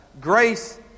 Grace